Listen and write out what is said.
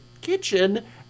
kitchen